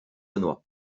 benoît